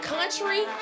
Country